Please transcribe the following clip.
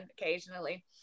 occasionally